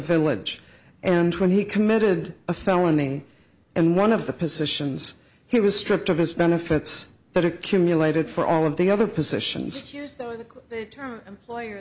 village and when he committed a felony and one of the positions he was stripped of his benefits that accumulated for all of the other positions